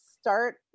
start